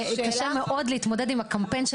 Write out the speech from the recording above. קשה מאוד להתמודד עם הקמפיינים של